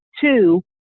two